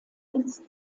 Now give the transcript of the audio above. ins